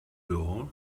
door